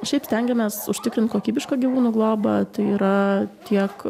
šiaip stengiamės užtikrint kokybišką gyvūnų globą tai yra tiek